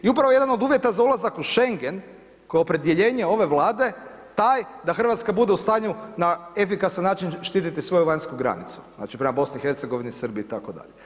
I upravo jedan od uvjeta za ulazak u Schengen koji je opredjeljenje ove Vlade, taj da Hrvatska bude u stanju na efikasan način štiti svoju vanjsku granicu, znači prema BiH, Srbiji itd.